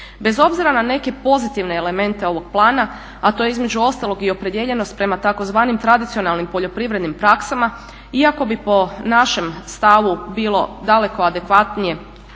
Bez obzira na neke pozitivne elemente ovog plana, a to je između ostalog i opredijeljenost prema tzv. tradicionalnim poljoprivrednim praksama iako bi po našem stavu bilo daleko adekvatnije